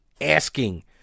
asking